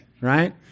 right